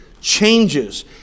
changes